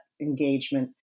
engagement